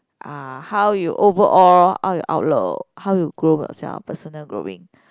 uh how you overall how your outlook how you groom yourself personal growing